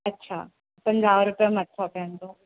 अच्छा पंजाह रुपिया मथां पवंदो